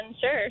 sure